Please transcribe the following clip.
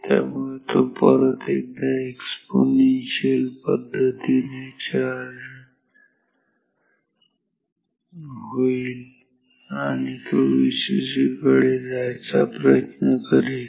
त्यामुळे तो परत एकदा एक्सपोनेन्शियल पद्धतीने चार्ज होईल आणि तो Vcc कडे जायचा प्रयत्न करेल